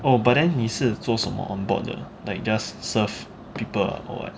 oh but then 你是做什么 on board 的 like just serve people ah or [what]